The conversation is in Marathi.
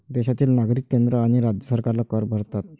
देशातील नागरिक केंद्र आणि राज्य सरकारला कर भरतात